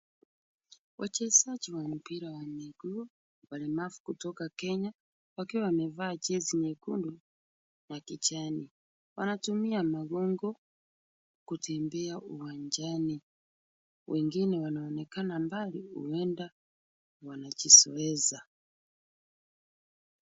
Wachezaji wa mpira wa miguu walemavu kutoka Kenya, wakiwa wamevaa jezi nyekundu na kijani. Wanatumia magongo kutembea uwanjani. Wengine wanaonekana mbali, huenda wanajizoeza.